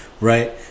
right